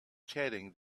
chanting